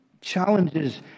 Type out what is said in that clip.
challenges